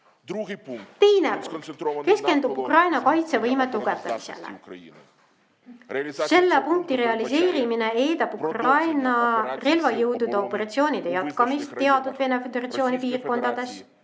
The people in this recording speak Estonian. Teine punkt keskendub Ukraina kaitsevõime tugevdamisele. Selle punkti realiseerimine eeldab Ukraina relvajõudude operatsioonide jätkamist teatud Vene Föderatsiooni piirkondades,